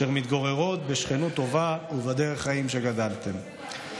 אשר מתגוררות בשכנות טובה ובדרך חיים שגדלתם.